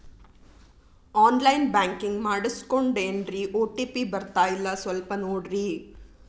on line banking ಮಾಡಿಸ್ಕೊಂಡೇನ್ರಿ OTP ಬರ್ತಾಯಿಲ್ಲ ಸ್ವಲ್ಪ ನೋಡ್ರಿ